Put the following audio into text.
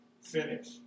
finish